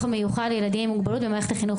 המיוחד לילדים עם מוגבלות במערכת החינוך.